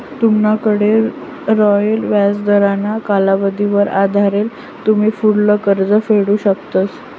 तुमनाकडे रायेल व्याजदरना कालावधीवर आधारेल तुमी पुढलं कर्ज निवडू शकतस